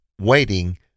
waiting